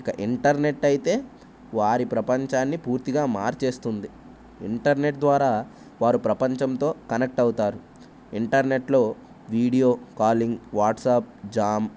ఇక ఇంటర్నెట్ అయితే వారి ప్రపంచాన్ని పూర్తిగా మార్చేస్తుంది ఇంటర్నెట్ ద్వారా వారు ప్రపంచంతో కనెక్ట్ అవుతారు ఇంటర్నెట్లో వీడియో కాలింగ్ వాట్సాప్ జామ్